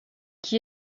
qui